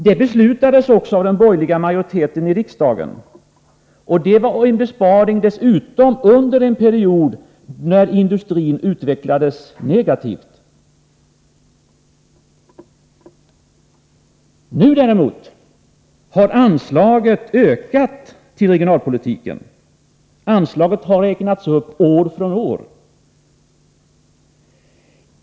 Det beslutades också av den borgerliga majoriteten i riksdagen. Denna besparing gjordes dessutom under en period när industrin utvecklades negativt. Nu, däremot, har anslaget till regionalpolitiken ökat. Anslaget har räknats upp år från år.